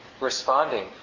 responding